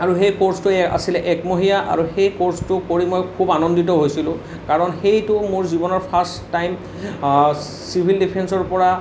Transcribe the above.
আৰু সেই ক'ৰ্চটোৱে আছিলে একমহীয়া আৰু সেই ক'ৰ্চটো কৰি মই খুব আনন্দিত হৈছিলোঁ কাৰণ সেইটো মোৰ জীৱনৰ ফাৰ্ষ্ট টাইম চিভিল ডিফেন্সৰ পৰা